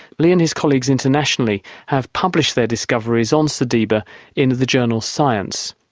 lee and his colleagues internationally have published their discoveries on sediba in the journal science,